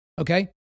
Okay